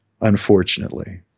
unfortunately